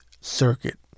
Circuit